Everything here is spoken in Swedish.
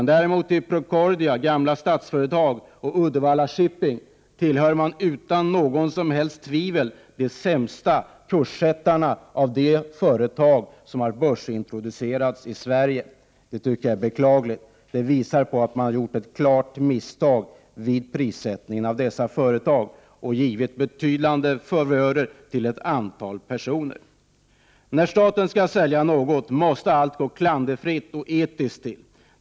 När det gäller Procordia, f.d. Statsföretag, och Uddevalla Shipping tillhör man däremot de sämsta kurssättarna när det gäller börsintroduktioner i Sverige. Det tycker jag är beklagligt. Det visar på att man har gjort ett klart misstag vid prissättningen av dessa företag och givit betydande favörer till ett antal personer. När staten skall sälja företag måste allt gå klanderfritt och etiskt till.